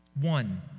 One